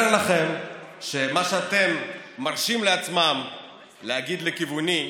לכם שמה שאתם מרשים לעצמכם להגיד לכיווני,